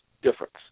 difference